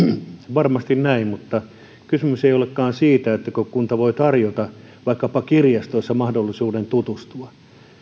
varmasti näin mutta kysymys ei olekaan siitä etteikö kunta voi tarjota vaikkapa kirjastoissa mahdollisuutta tutustua